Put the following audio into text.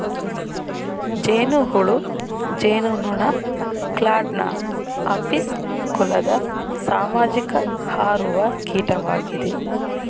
ಜೇನುಹುಳು ಜೇನುನೊಣ ಕ್ಲಾಡ್ನ ಅಪಿಸ್ ಕುಲದ ಸಾಮಾಜಿಕ ಹಾರುವ ಕೀಟವಾಗಿದೆ